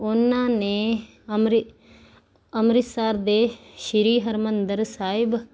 ਉਹਨਾਂ ਨੇ ਅੰਮਿਰ ਅੰਮ੍ਰਿਤਸਰ ਦੇ ਸ਼੍ਰੀ ਹਰਿਮੰਦਰ ਸਾਹਿਬ